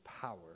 power